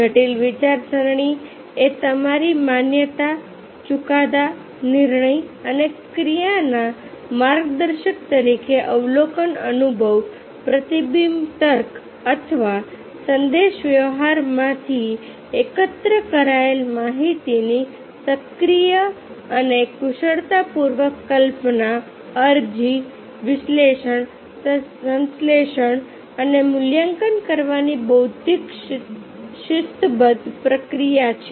જટિલ વિચારસરણી એ તમારી માન્યતા ચુકાદા નિર્ણય અને ક્રિયાના માર્ગદર્શક તરીકે અવલોકન અનુભવપ્રતિબિંબતર્ક અથવા સંદેશાવ્યવહારમાંથી એકત્ર કરાયેલી માહિતીને સક્રિય અને કુશળતાપૂર્વક કલ્પના અરજી વિશ્લેષણ સંશ્લેષણ અને મૂલ્યાંકન કરવાની બૌદ્ધિક શિસ્તબદ્ધ પ્રક્રિયા છે